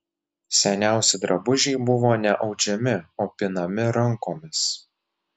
seniausi drabužiai buvo ne audžiami o pinami rankomis